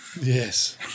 Yes